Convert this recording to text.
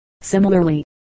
Similarly